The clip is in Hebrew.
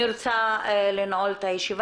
אני רוצה לסכם.